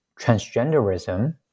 transgenderism